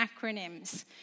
acronyms